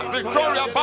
Victoria